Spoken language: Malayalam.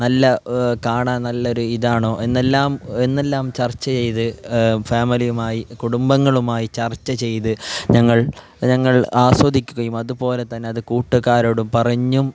നല്ല കാണാൻ നല്ലൊരു ഇതാണോ എന്നെല്ലാം എന്നെല്ലാം ചർച്ച ചെയ്ത് ഫാമിലിയുമായി കുടുംബങ്ങളുമായി ചർച്ച ചെയ്ത് ഞങ്ങൾ ഞങ്ങൾ ആസ്വദിക്കുകയും അതുപോലെ തന്നെ അത് കൂട്ടാരോടും പറഞ്ഞും